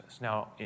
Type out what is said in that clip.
now